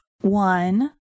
one –